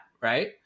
right